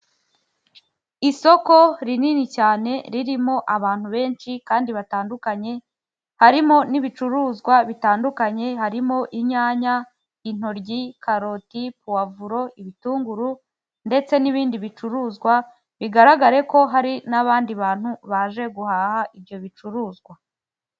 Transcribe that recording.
Isoko rinini cyane ririmo abantu benshi kandi batandukanye harimo n'ibicuruzwa bitandukanye harimo inyanya, intoryi, karoti, puwavuro, ibitunguru ndetse n'ibindi bicuruzwa bigaragare ko hari n'abandi bantu baje guhaha ibyo bicuruzwa.